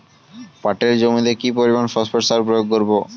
পাটের জমিতে কি পরিমান ফসফেট সার প্রয়োগ করব?